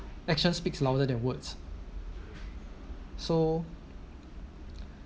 action speaks louder than words so